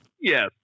Yes